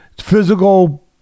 physical